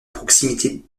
proximité